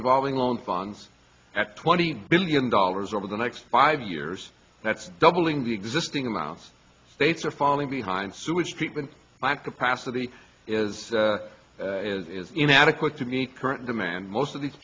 revolving loan funds at twenty billion dollars over the next five years that's doubling the existing amount states are falling behind sewage treatment plant capacity is inadequate to meet current demand most of these